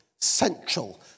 central